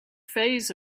phase